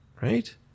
Right